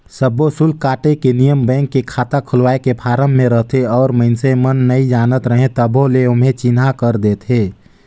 सब्बो सुल्क काटे के नियम बेंक के खाता खोलवाए के फारम मे रहथे और मइसने मन नइ जानत रहें तभो ले ओम्हे चिन्हा कर देथे